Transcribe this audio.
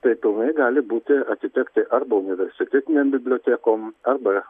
tai pilnai gali būti atitekti arba universitetinėm bibliotekom arba